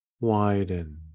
widen